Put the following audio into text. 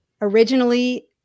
originally